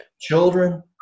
children